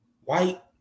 white